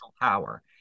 power